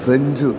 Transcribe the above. സെഞ്ചു